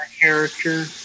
character